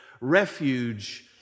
refuge